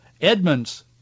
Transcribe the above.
Edmonds